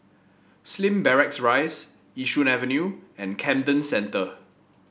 Slim Barracks Rise Yishun Avenue and Camden Centre